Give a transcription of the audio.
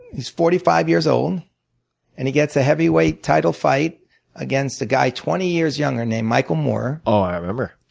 he's forty five years old and he gets a heavyweight title fight against a guy twenty years younger named michael moore. oh, i remember.